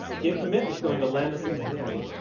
git commit was going to land us in vim.